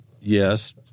yes